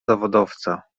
zawodowca